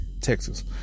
Texas